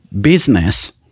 business